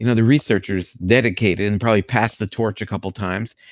you know the researchers dedicated and probably passed the torch a couple times.